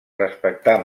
respectar